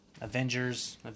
Avengers